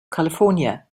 california